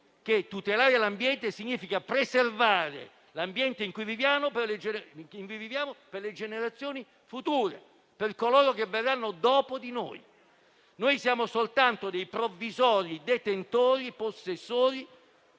tutelare l'ambiente significa preservare l'ecosistema in cui viviamo per le generazioni future, per coloro che verranno dopo di noi. Noi siamo soltanto dei provvisori possessori